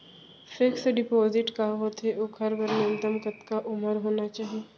Fix deposit का होथे ओखर बर न्यूनतम कतका उमर होना चाहि?